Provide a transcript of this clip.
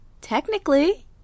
Technically